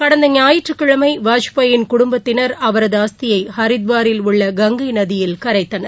கடந்த ஞாயிற்றுக்கிழமை வாஜ்பாயின் குடும்பத்தினர் அவரது அஸ்தியை ஹரித்வாரில் உள்ள கங்கை நதியில் கரைத்தனர்